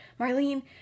Marlene